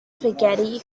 spaghetti